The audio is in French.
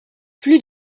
plus